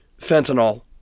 fentanyl